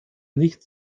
nicht